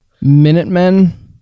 Minutemen